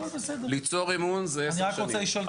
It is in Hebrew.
ליצור אמון זה עשר שנים.